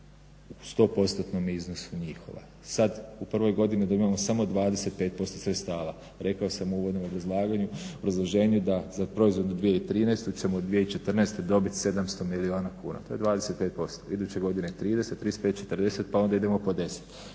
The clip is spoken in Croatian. iz 100% iznosu njihova. Sad u prvoj godini dobivamo samo 25% sredstava. Rekao sam u uvodnom obrazlaganju, obrazloženju da za proizvodnu 2013.čemo 2014.dobit 700 milijuna kuna, to je 25%. Iduće godine 30,35,40 pa onda idemo po 10.